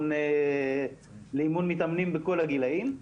לאימון מתאמנים בכל הגילאים,